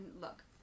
look